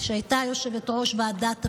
שהייתה יושבת-ראש ועדת הפנים,